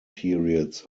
periods